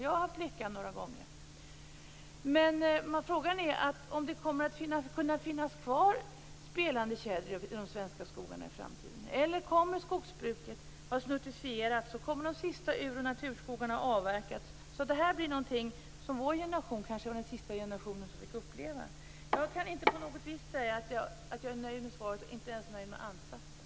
Jag har haft lyckan några gånger. Frågan är om det kommer att kunna finnas kvar spelande tjäder i de svenska skogarna i framtiden eller om skogsbruket kommer att ha snuttifierats och de sista ur och naturskogarna ha avverkats. Tjäderspel kanske kommer att bli någonting som vår generation är den sista generationen att uppleva. Jag kan inte på något vis säga att jag är nöjd med svaret. Jag är inte ens nöjd med ansatsen.